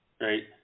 right